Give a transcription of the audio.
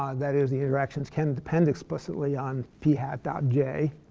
um that is, the interactions can depend explicitly on p hat dot j.